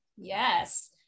yes